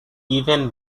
given